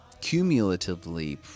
cumulatively